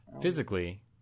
Physically